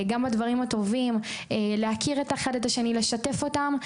גם הדברים הטובים להכיר אחד את השני, לשתף אותם.